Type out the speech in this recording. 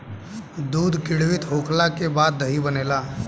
दूध किण्वित होखला के बाद दही बनेला